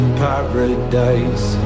paradise